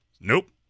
nope